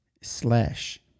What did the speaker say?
Slash